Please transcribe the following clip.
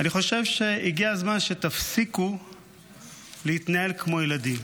אני חושב שהגיע הזמן שתפסיקו להתנהל כמו ילדים.